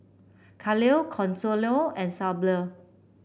Khalil Consuelo and